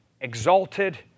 exalted